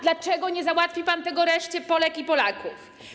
Dlaczego nie załatwi pan tego reszcie Polek i Polaków?